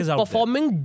performing